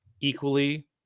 equally